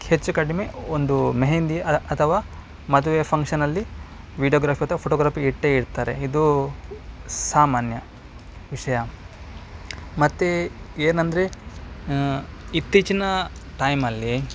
ಹೆಚ್ಚು ಕಡಿಮೆ ಒಂದು ಮೆಹೆಂದಿ ಅಥವಾ ಮದುವೆ ಫಂಕ್ಷನ್ನಲ್ಲಿ ವೀಡಿಯೋಗ್ರಾಫಿ ಅಥವಾ ಫೋಟೋಗ್ರಫಿ ಇಟ್ಟೆ ಇರ್ತಾರೆ ಇದು ಸಾಮಾನ್ಯ ವಿಷಯ ಮತ್ತೆ ಏನೆಂದ್ರೆ ಇತ್ತೀಚಿನ ಟೈಮಲ್ಲಿ